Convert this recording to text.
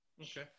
Okay